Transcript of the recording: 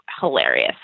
hilarious